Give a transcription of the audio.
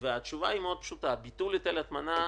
והתשובה היא מאוד פשוטה: ביטול היטל הטמנה,